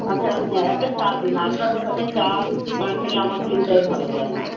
আপনার হ্যাঁ একটা চা দিন আপনার দোকানের চা না খেলে আমার দিনটাই ভালো যায় না